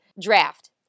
Draft